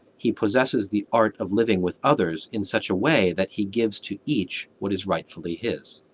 he possesses the art of living with others in such a way that he gives to each what is rightfully his.